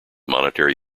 monetary